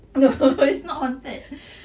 no it's not haunted